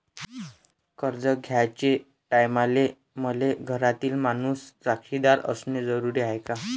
कर्ज घ्याचे टायमाले मले घरातील माणूस साक्षीदार असणे जरुरी हाय का?